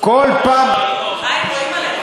כל פעם, חיים, רואים עליך.